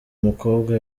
umukobwa